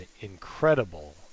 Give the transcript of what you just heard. incredible